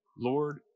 Lord